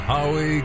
Howie